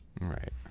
Right